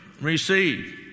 receive